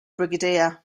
brigadier